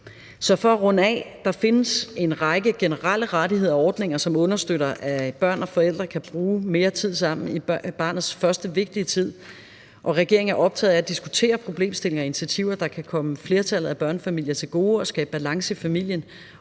Så for at runde af: Der findes en række generelle rettigheder og ordninger, som understøtter, at børn og forældre kan bruge mere tid sammen i barnets første vigtige tid, og regeringen er optaget af at diskutere problemstillinger og initiativer, der kan komme flertallet af børnefamilier til gode og skabe balance i familien,